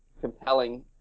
compelling